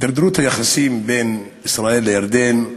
הידרדרות היחסים בין ישראל לירדן,